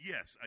Yes